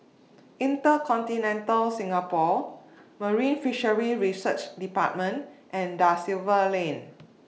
InterContinental Singapore Marine Fisheries Research department and DA Silva Lane